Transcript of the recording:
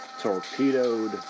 torpedoed